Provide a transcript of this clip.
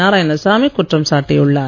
நாராயணசாமி குற்றம் சாட்டியுள்ளார்